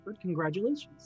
Congratulations